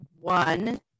one